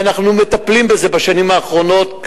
ואנחנו מטפלים בזה בשנים האחרונות,